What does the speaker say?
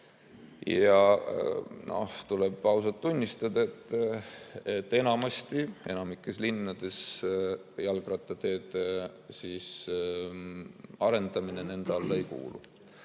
Ja tuleb ausalt tunnistada, et enamikus linnades jalgrattateede arendamine nende alla ei kuulu.